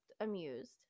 amused